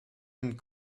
and